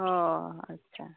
ᱚᱻ ᱟᱪᱪᱷᱟ